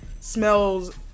smells